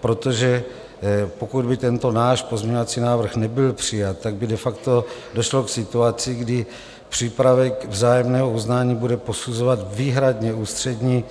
Protože pokud by tento náš pozměňovací návrh nebyl přijat, tak by de facto došlo k situaci, kdy přípravek vzájemného uznání bude posuzovat výhradně Ústřední